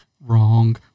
Wrong